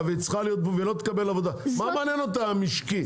ולא תקבל עבודה, מה מעניין אותה המשק?